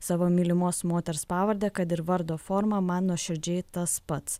savo mylimos moters pavardę kad ir vardo forma man nuoširdžiai tas pats